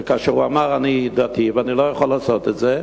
וכאשר הוא אמר: אני דתי ואני לא יכול לעשות את זה,